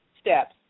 steps